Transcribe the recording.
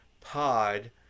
pod